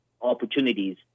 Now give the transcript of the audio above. opportunities